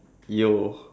yo